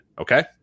okay